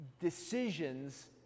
Decisions